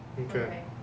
Okay